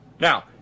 Now